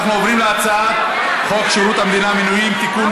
אנחנו עוברים להצבעה על הצעת חוק שירות המדינה (מינויים) (תיקון,